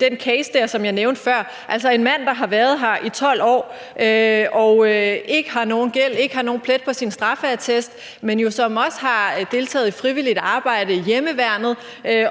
den case, som jeg nævnte før, og som handler om en mand, der har været her i 12 år. Han har ikke nogen gæld, han har ikke nogen plet på sin straffeattest, men har også deltaget i frivilligt arbejde i hjemmeværnet